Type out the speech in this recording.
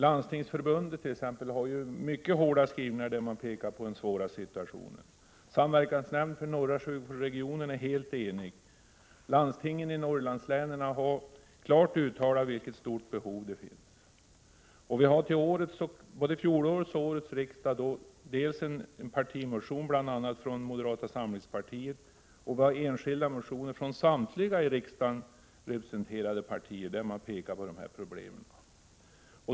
Landstingsförbundet har t.ex. mycket hårda skrivningar där man pekar på den svåra situationen. Samverkansnämnden för norra sjukvårdsregionen är helt enig. Landstingen i Norrlandslänen har klart angivit vilket stort behov som finns. Till både fjolårets och årets riksmöte finns det dels partimotioner, bl.a. en från moderata samlingspartiet, dels enskilda motioner från samtliga i riksdagen representerade partier, där man pekar på de här problemen.